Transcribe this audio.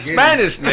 Spanish